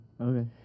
okay